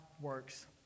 works